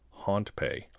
HauntPay